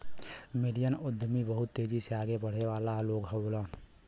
million उद्यमी बहुत तेजी से आगे बढ़े वाला लोग होलन